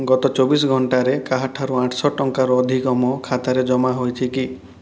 ଗତ ଚବିଶ ଘଣ୍ଟାରେ କାହାଠାରୁ ଆଠଶହ ଟଙ୍କାରୁ ଅଧିକ ମୋ ଖାତାରେ ଜମା ହୋଇଛି କି